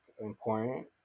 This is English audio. important